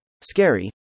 scary